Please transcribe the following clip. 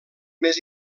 més